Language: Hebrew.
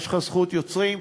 יש לך זכות יוצרים,